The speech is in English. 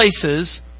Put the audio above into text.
places